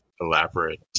elaborate